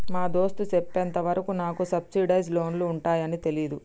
మా దోస్త్ సెప్పెంత వరకు నాకు సబ్సిడైజ్ లోన్లు ఉంటాయాన్ని తెలీదు